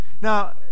now